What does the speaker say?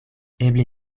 eble